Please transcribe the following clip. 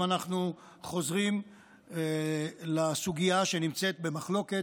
אם אנחנו חוזרים לסוגיה שנמצאת במחלוקת,